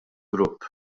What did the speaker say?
grupp